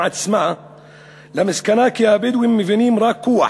עצמה למסקנה שהבדואים מבינים רק כוח,